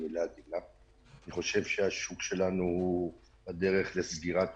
אני חושב שהשוק שלנו בדרך לסגירה טוטלית,